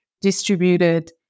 distributed